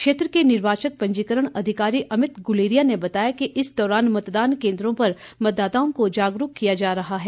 क्षेत्र के निर्वाचक पंजीकरण अधिकारी अमित गुलेरिया ने बताया कि इस दौरान मतदान केन्द्रों पर मतदाताओं को जागरूक किया जा रहा है